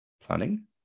Planning